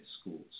schools